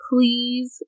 please